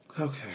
Okay